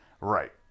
Right